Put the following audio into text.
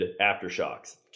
aftershocks